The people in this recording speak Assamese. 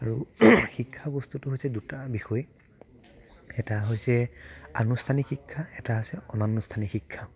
আৰু শিক্ষা বস্তুটো হৈছে দুটা বিষয় এটা হৈছে আনুষ্ঠানিক শিক্ষা আৰু এটা হৈছে অনানুষ্ঠানিক শিক্ষা